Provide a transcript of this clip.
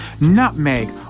nutmeg